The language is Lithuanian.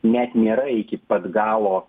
net nėra iki pat galo